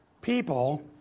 people